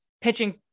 pitching